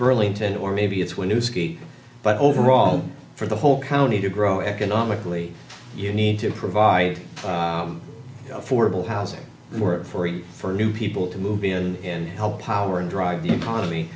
burlington or maybe it's when you ski but overall for the whole county to grow economically you need to provide affordable housing work for you for new people to move in help power and drive the economy